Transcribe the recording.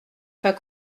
pas